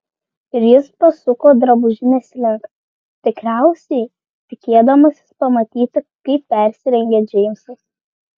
ir jis pasuko drabužinės link tikriausiai tikėdamasis pamatyti kaip persirengia džeimsas